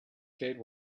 gate